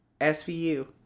SVU